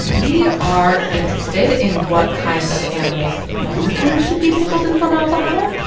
we are interested in what kinds of animals you think should be pickled in formaldehyde.